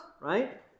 right